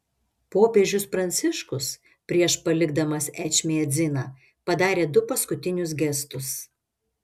popiežius pranciškus prieš palikdamas ečmiadziną padarė du paskutinius gestus